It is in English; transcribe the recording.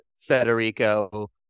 federico